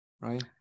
right